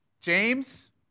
James